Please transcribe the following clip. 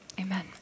amen